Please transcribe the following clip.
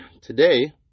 Today